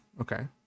Okay